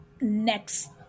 next